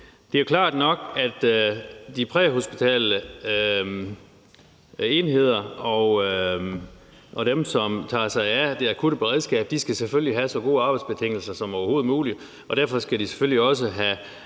Det er jo klart nok, at de præhospitale enheder og dem, som tager sig af det akutte beredskab, selvfølgelig skal have så gode arbejdsbetingelser som overhovedet muligt, og derfor skal de selvfølgelig også have